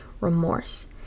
remorse